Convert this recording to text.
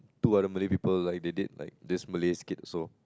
two other Malay people like they did like this Malay skit also